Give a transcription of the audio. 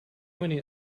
many